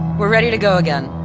we're ready to go again.